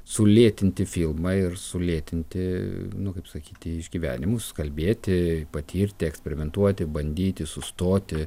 sulėtinti filmą ir sulėtinti nu kaip sakyti išgyvenimus kalbėti patirti eksperimentuoti bandyti sustoti